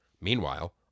Meanwhile